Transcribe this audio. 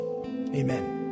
amen